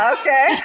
okay